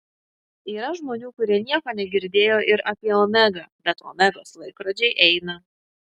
yra žmonių kurie nieko negirdėjo ir apie omegą bet omegos laikrodžiai eina